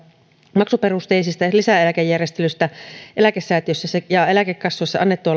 maksuperusteisista lisäeläkejärjestelyistä eläkesäätiöissä ja eläkekassoista annettua